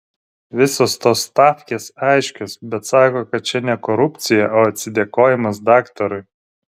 visos tos stavkės aiškios bet sako kad čia ne korupcija o atsidėkojimas daktarui